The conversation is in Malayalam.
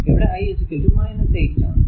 ഇവിടെ i 8 ആണ്